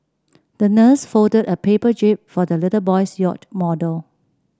the nurse folded a paper jib for the little boy's yacht model